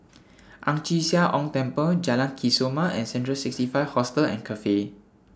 Ang Chee Sia Ong Temple Jalan Kesoma and Central sixty five Hostel and Cafe